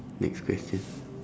next question